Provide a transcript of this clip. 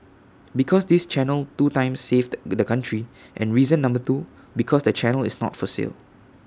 because this channel two times saved the country and reason number two because the channel is not for sale